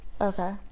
Okay